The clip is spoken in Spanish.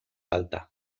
alta